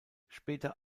später